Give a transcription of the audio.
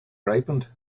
ripened